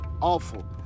awful